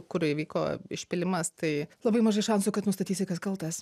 kur įvyko išpylimas tai labai mažai šansų kad nustatysi kas kaltas